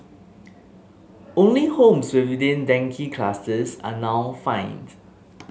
only homes within dengue clusters are now fined